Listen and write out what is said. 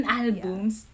albums